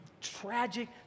tragic